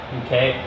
okay